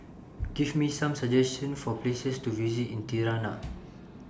Give Me Some suggestions For Places to visit in Tirana